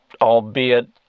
albeit